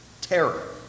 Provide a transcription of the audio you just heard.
terror